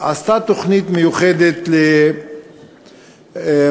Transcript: עשתה תוכנית מיוחדת למודעות,